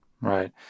Right